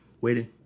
Waiting